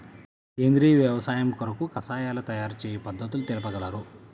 సేంద్రియ వ్యవసాయము కొరకు కషాయాల తయారు చేయు పద్ధతులు తెలుపగలరు?